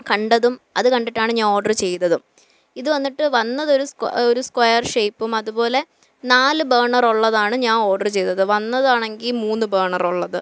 കണ്ടതും അത് കണ്ടിട്ടാണ് ഞാൻ ഓർഡറ് ചെയ്തതും ഇത് വന്നിട്ട് വന്നതൊരു സ്ക്വ ഒരു സ്ക്വയർ ഷേയ്പ്പും അതുപോലെ നാല് ബേണർ ഒള്ളതാണ് ഞാൻ ഓർഡർ ചെയ്തത് വന്നതാണെങ്കിൽ മൂന്ന് ബേണറൊള്ളത്